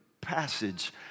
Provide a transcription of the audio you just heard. passage